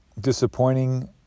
disappointing